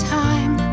time